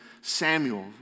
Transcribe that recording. Samuel